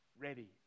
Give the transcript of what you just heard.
ready